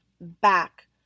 back